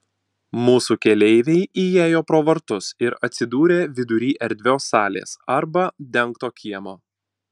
mūsų keleiviai įėjo pro vartus ir atsidūrė vidury erdvios salės arba dengto kiemo